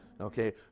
Okay